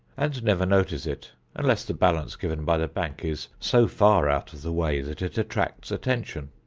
and never notice it unless the balance given by the bank is so far out of the way that it attracts attention.